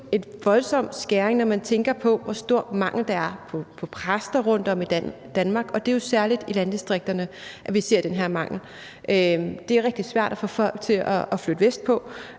Det er jo en voldsom beskæring, når man tænker på, hvor stor en mangel der er på præster rundtomkring i Danmark, og det er jo særlig i landdistrikterne, vi ser den her mangel. Det er rigtig svært at få folk til at flytte vestpå